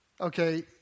okay